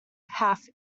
half